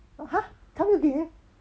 !huh! 他没有给你 meh